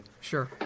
Sure